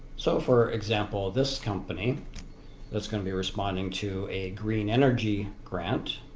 so for example, this company that's going to be responding to a green energy grant